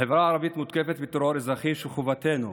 החברה הערבית מותקפת בטרור אזרחי, וחובתנו